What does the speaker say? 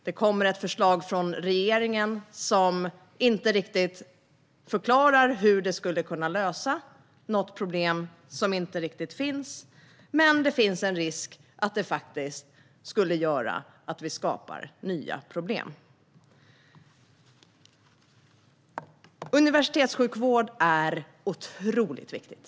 Det kommer ett förslag från regeringen, som inte riktigt förklarar hur detta skulle kunna lösa ett problem som inte riktigt finns. Det finns dock en risk att det faktiskt skulle göra att vi skapar nya problem. Universitetssjukvård är otroligt viktigt.